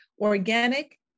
organic